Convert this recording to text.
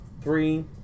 three